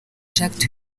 jacques